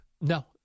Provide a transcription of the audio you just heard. No